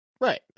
Right